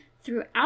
throughout